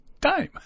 time